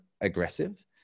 aggressive